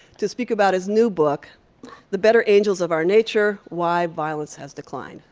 to speak about his new book the better angels of our nature why violence has declined'.